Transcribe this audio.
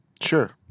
sure